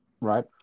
right